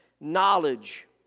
knowledge